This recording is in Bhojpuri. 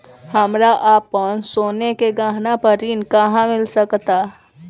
हमरा अपन सोने के गहना पर ऋण कहां मिल सकता?